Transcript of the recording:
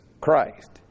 Christ